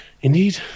indeed